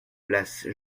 place